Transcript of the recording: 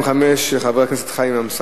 שאילתא 1125, של חבר הכנסת חיים אמסלם,